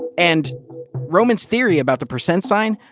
and roman's theory about the percent sign,